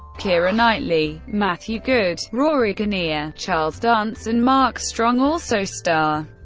keira knightley, matthew goode, rory kinnear, charles dance and mark strong also star.